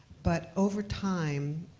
but over time,